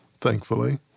thankfully